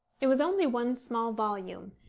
it was only one small volume,